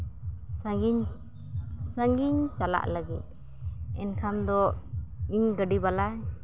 ᱥᱟᱹᱜᱤᱧ ᱥᱟᱹᱜᱤᱧ ᱪᱟᱞᱟᱜ ᱞᱟᱹᱜᱤᱫ ᱮᱱᱠᱷᱟᱱ ᱫᱚ ᱤᱧ ᱜᱟᱹᱰᱤ ᱵᱟᱞᱟ